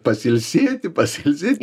pasiilsėti pasiilsėti